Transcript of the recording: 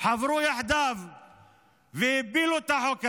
חברו יחדיו והפילו את החוק הזה.